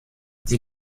die